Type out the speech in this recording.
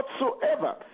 whatsoever